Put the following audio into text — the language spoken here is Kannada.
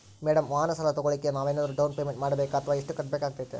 ಮೇಡಂ ವಾಹನ ಸಾಲ ತೋಗೊಳೋಕೆ ನಾವೇನಾದರೂ ಡೌನ್ ಪೇಮೆಂಟ್ ಮಾಡಬೇಕಾ ಮತ್ತು ಎಷ್ಟು ಕಟ್ಬೇಕಾಗ್ತೈತೆ?